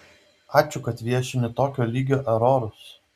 ačiū kad viešini tokio lygio erorus